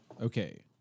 Okay